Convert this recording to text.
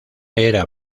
era